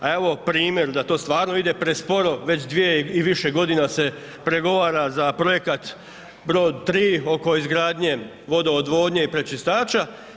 A evo primjer da to stvarno ide presporo već 2 i više godina se pregovara za Projekat Brod 3 oko izgradnje vodoodvodnje i pročistača.